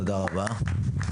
תודה רבה.